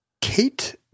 Kate